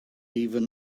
even